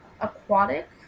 Aquatic